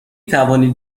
توانید